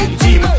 team